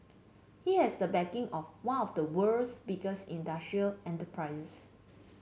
he has the backing of one of the world's biggest industrial enterprises